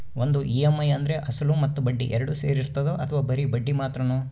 ಒಂದು ಇ.ಎಮ್.ಐ ಅಂದ್ರೆ ಅಸಲು ಮತ್ತೆ ಬಡ್ಡಿ ಎರಡು ಸೇರಿರ್ತದೋ ಅಥವಾ ಬರಿ ಬಡ್ಡಿ ಮಾತ್ರನೋ?